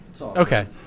Okay